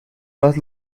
más